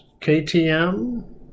KTM